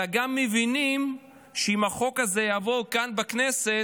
אלא גם מבינים שאם החוק הזה יעבור כאן בכנסת